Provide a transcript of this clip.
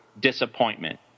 disappointment